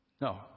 No